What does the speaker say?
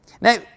now